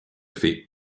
fait